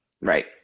Right